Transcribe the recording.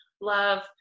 love